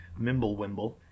Mimblewimble